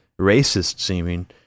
racist-seeming